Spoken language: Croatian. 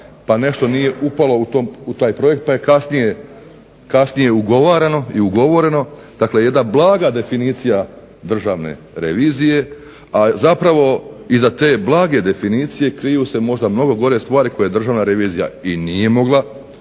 pa nešto nije upalo u taj projekt pa je kasnije ugovarano i ugovoreno, dakle jedna blaga definicija Državne revizije, a zapravo iza te blage definicije kriju se možda mnogo gore stvari koje Državna revizija i nije mogla